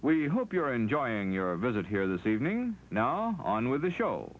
well you hope you're enjoying your visit here this evening now on with the show